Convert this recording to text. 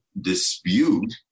dispute